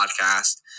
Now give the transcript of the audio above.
podcast